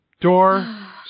door